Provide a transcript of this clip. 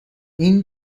این